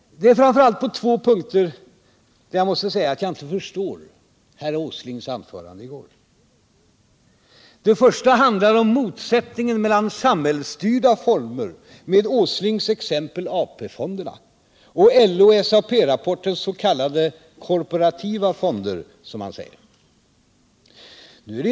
Det är framför allt på två punkter som jag måste säga att jag inte förstår herr Åslings anförande i går. Den första punkten handlar om motsättningen mellan samhällsstyrda fonder — i herr Åslings exempel AP-fonderna — och LO-SAP-rapportens korporativa fonder, som herr Åsling kallar dem.